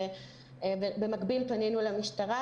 במקביל פנינו למשטרה.